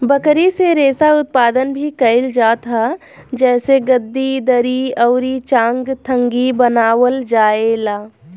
बकरी से रेशा उत्पादन भी कइल जात ह जेसे गद्दी, दरी अउरी चांगथंगी बनावल जाएला